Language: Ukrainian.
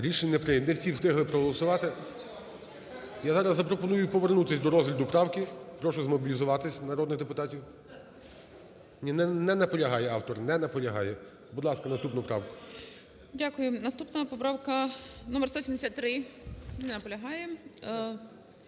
Рішення не прийнято. Не всі встигли проголосувати. Я зараз запропоную повернутись до розгляду правки. Прошу змобілізуватися народних депутатів. Не наполягає автор, не наполягає. Будь ласка, наступну правку. Веде засідання заступник Голови